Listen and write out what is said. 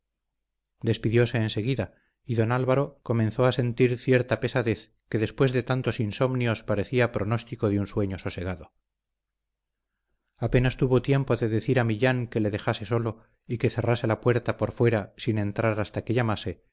sueño despidióse enseguida y don álvaro comenzó a sentir cierta pesadez que después de tantos insomnios parecía pronóstico de un sueño sosegado apenas tuvo tiempo de decir a millán que le dejase solo y que cerrase la puerta por fuera sin entrar hasta que llamase